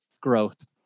growth